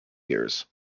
years